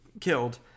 killed